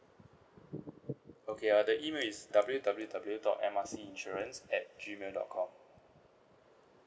okay ah the email is W W W dot M R C insurance at G mail dot com